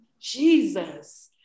Jesus